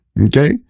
Okay